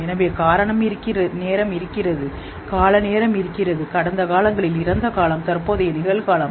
எனவே காரண நேரம் இருக்கிறது பதட்டமான நேரம் இருக்கிறது கடந்த காலங்களில் பதட்டமான நேரம் தற்போதைய பதற்றம்